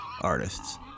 artists